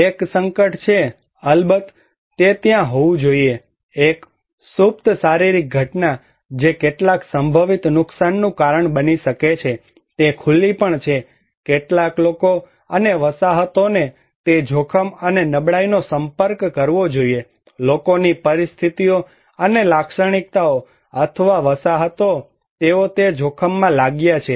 એક સંકટ છે અલબત્ત તે ત્યાં હોવું જોઈએ એક સુપ્ત શારીરિક ઘટના જે કેટલાક સંભવિત નુકસાનનું કારણ બની શકે છે તે ખુલ્લી પણ છે કેટલાક લોકો અને વસાહતોને તે જોખમ અને નબળાઈનો સંપર્ક કરવો જોઇએ લોકોની પરિસ્થિતિઓ અને લાક્ષણિકતાઓ અથવા વસાહતો તેઓ તે જોખમમાં લાગ્યા છે